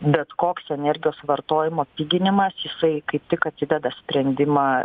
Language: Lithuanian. bet koks energijos vartojimo piginimas jisai kaip tik atideda sprendimą